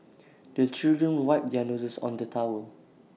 the children wipe their noses on the towel